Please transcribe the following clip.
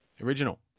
Original